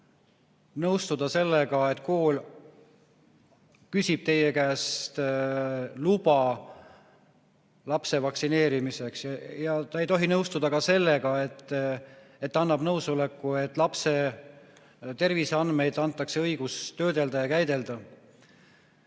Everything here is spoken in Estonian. nõustuda sellega, et kool küsib teie käest luba lapse vaktsineerimiseks. Ei tohi nõustuda ka sellega, et antakse nõusolek õiguseks lapse terviseandmeid töödelda ja käidelda.